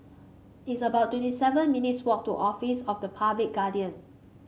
it's about twenty seven minutes walk to Office of the Public Guardian